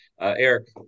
Eric